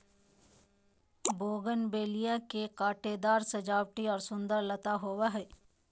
bougainvillea के कांटेदार सजावटी और सुंदर लता होबा हइ